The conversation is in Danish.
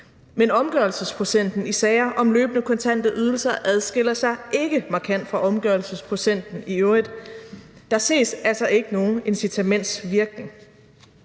Men omgørelsesprocenten i sager om løbende kontante ydelser adskiller sig ikke markant fra omgørelsesprocenten i øvrigt. Der ses altså ikke nogen incitamentsvirkning.